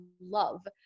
love